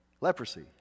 Leprosy